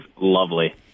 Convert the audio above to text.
lovely